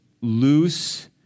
loose